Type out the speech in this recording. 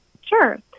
Sure